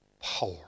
power